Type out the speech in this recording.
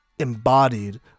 embodied